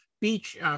beach